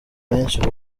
benshi